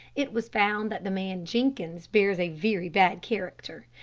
it was found that the man jenkins bears a very bad character.